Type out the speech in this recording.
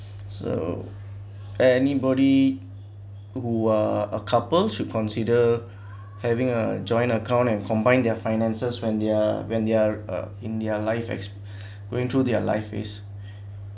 so anybody who are a couple should consider having a joint account and combine their finances when they're when they're uh in their life as going through their life phase